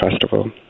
festival